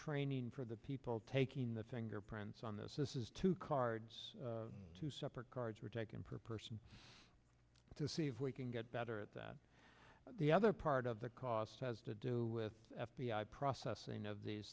training for the people taking the fingerprints on this this is two cards two separate cards were taken per person to see if we can get better at that the other part of the cost has to do with f b i processing of these